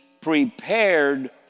prepared